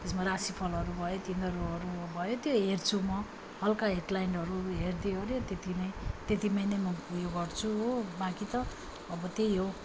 त्यसमा राशिफलहरू भयो तिनीहरू हरू भयो त्यो हेर्छु म हल्का हेडलाइनहरू हेरिदियो अर्यो त्यति नै त्यतिमा नै म उयो गर्छ हो बाँकी त अब त्यही हो